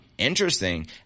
interesting